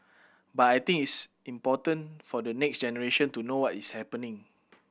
but I think it's important for the next generation to know what is happening